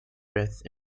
breath